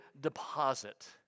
deposit